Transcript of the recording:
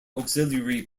auxiliary